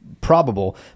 probable